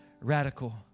radical